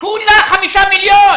כולה 5 מיליון